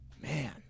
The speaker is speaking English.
man